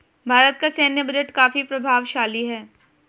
भारत का सैन्य बजट काफी प्रभावशाली है